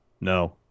No